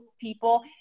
people